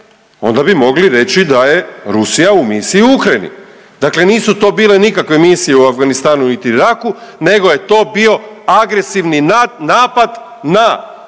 onda mi reći da je Rusija u misiji u Ukrajini. Dakle nisu to bile nikakve misije u Afganistanu niti Iraku nego je to bio agresivni napad na Afganistan,